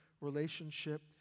relationship